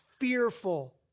fearful